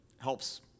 Helps